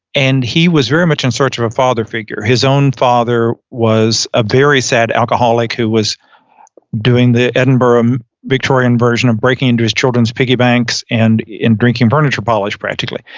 and he was very much in search of a father figure. his own father was a very sad alcoholic who was doing the edinburgh um victorian version of breaking into his children's piggy banks and in drinking furniture polish practically.